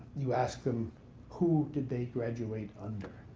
you ask them who did they graduate under.